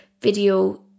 video